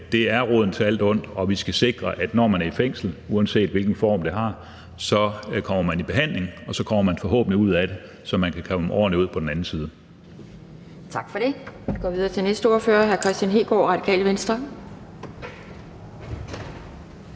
er det roden til alt ondt, og vi skal sikre, at man, når man er i fængsel, uanset hvilken form det har, kommer i behandling, og at man så forhåbentlig kommer ud af det, så man kan komme ordentligt ud på den anden side. Kl. 11:42 Anden næstformand (Pia Kjærsgaard): Tak for det. Vi går videre til næste ordfører, hr. Kristian Hegaard, Radikale Venstre.